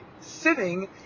sitting